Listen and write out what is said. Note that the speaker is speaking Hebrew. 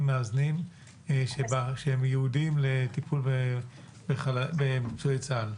מאזנים שהם ייעודיים לטיפול בפצועי צה"ל.